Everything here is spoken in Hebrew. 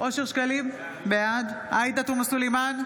אושר שקלים, בעד עאידה תומא סלימאן,